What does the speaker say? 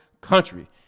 country